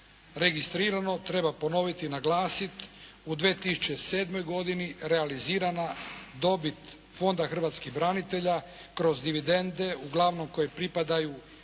registrirano, treba ponoviti i naglasiti u 2007. godini realizirana dobit fonda hrvatskih branitelja kroz dividende uglavnom koje pripadaju HT-u i